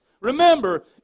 Remember